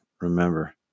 remember